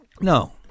no